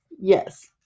yes